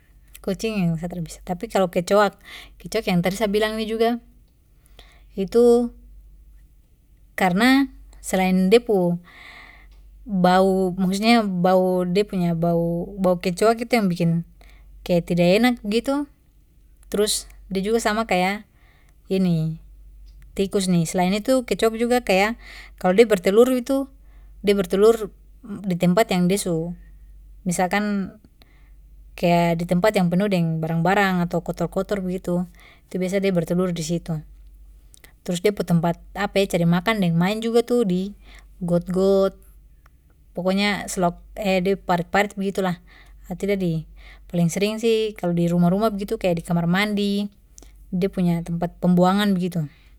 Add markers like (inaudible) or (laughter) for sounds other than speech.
Kucing yang sa tra bisa. Tapi kalau kecoak, kecoak yang tadi sa bilang ini juga itu karena selain de pu bau, maksudnya bau, de punya bau, bau kecoak itu yang bikin kaya tidak enak begitu, terus da juga sama kayak (hesitation) tikus ni. Selain itu kecoak juga kaya kalau da bertelur itu, de bertelur di tempat yang de su, misalkan kaya di tempat yang penuh deng barang-barang atau kotor-kotor begitu itu biasa da bertelur di situ. Trus da pu tempat (hesitation) cari makan deng main juga tuh di got-got, pokoknya (unintelligible) parit-parit begitu lah ato tidak di, paling sering sih kalau di rumah-rumah gitu kayak di kamar mandi di da punya tempat pembuangan begitu.